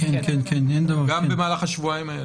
גם במהלך השבועיים האלה?